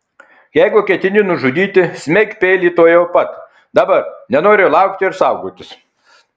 jeigu ketini nužudyti smeik peilį tuojau pat dabar nenoriu laukti ir saugotis